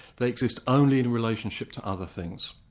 they exist only in relationship to other things.